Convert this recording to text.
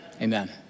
Amen